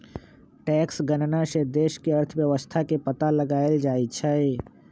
tax गणना से देश के अर्थव्यवस्था के पता लगाएल जाई छई